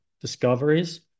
discoveries